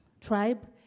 tribe